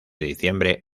diciembre